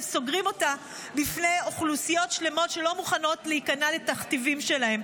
הם סוגרים אותה בפני אוכלוסיות שלמות שלא מוכנות להיכנע לתכתיבים שלהם,